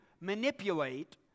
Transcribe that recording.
manipulate